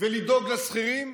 ולדאוג לשכירים?